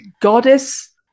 goddess